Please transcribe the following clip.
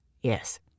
Yes